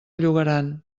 llogaran